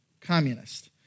communist